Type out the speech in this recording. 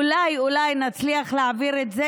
אולי אולי נצליח להעביר את זה,